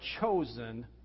chosen